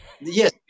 Yes